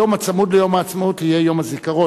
היום הצמוד ליום העצמאות יהיה יום הזיכרון.